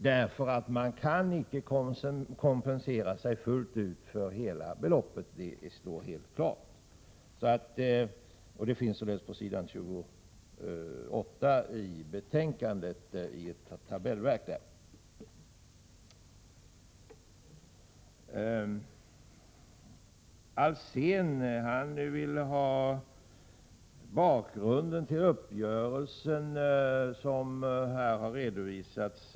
De kan ju inte kompensera sig fullt ut för hela beloppet — det står helt klart. Sifferuppgiften är redovisad i tabellen på s. 28. Lennart Alsén vill ha bakgrunden till den uppgörelse med vpk som har redovisats.